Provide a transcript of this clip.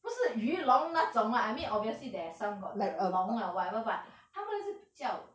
不是鱼龙那种 lah I mean obviously there's some got the 龙 lah whatever but 他们是比较